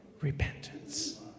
repentance